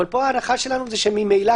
אבל ההנחה הייתה שממילא,